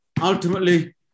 ultimately